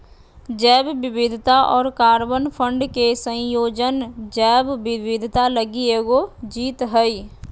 जैव विविधता और कार्बन फंड के संयोजन जैव विविधता लगी एगो जीत हइ